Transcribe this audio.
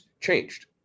changed